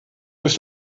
durch